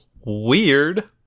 weird